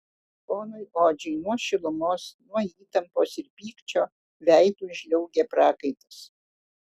ponui odžiui nuo šilumos nuo įtampos ir pykčio veidu žliaugė prakaitas